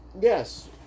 Yes